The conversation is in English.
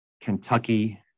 Kentucky